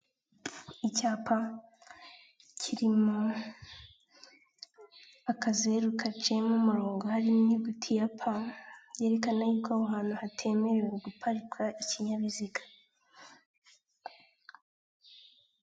Icyapa, kirimo akazeru gaciyemo umurongo harimo inyuguti ya P, yerekana aho hantu hatemerewe guparika ikinyabiziga.